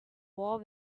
war